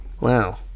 Wow